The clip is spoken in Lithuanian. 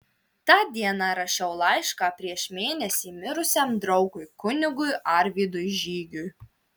tą dieną rašiau laišką prieš mėnesį mirusiam draugui kunigui arvydui žygui